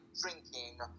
drinking